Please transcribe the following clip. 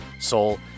soul